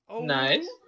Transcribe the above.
Nice